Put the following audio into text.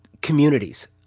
communities